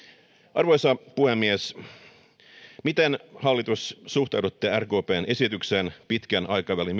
arvoisa puhemies miten hallitus suhtaudutte rkpn esitykseen pitkän aikavälin